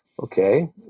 Okay